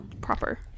proper